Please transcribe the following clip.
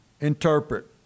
interpret